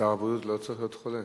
שר הבריאות לא יכול להיות חולה.